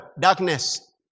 Darkness